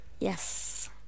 Yes